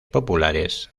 populares